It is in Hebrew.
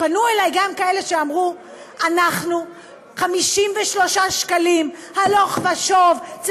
פנו אלי גם כאלה שאמרו: 53 שקלים הלוך ושוב אנחנו